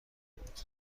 بود